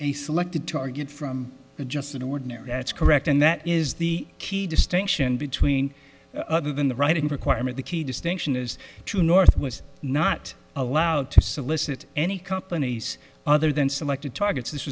a selected target from just an ordinary that's correct and that is the key distinction between other than the writing requirement the key distinction is true north was not allowed to solicit any companies other than selected targets this